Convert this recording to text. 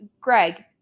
Greg